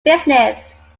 business